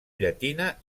llatina